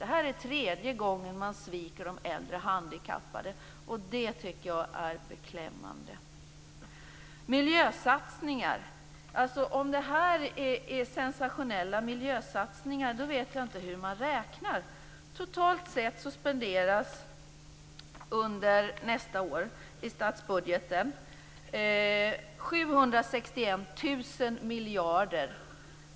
Detta är tredje gången som man sviker de äldre handikappade, och jag tycker att det är beklämmande. Om de miljösatsningar som nu skall göras är sensationella, vet jag inte hur man räknar. Totalt sett spenderas under nästa år i statsbudgeten 761 miljarder.